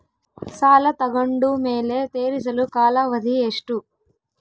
ಸಾಲ ತಗೊಂಡು ಮೇಲೆ ತೇರಿಸಲು ಕಾಲಾವಧಿ ಎಷ್ಟು?